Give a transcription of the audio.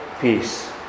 peace